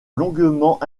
longuement